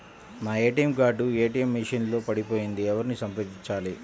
నా ATM card ATM machine లో పడిపోయింది ఎవరిని సంప్రదించాలి?